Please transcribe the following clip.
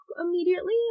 immediately